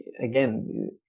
again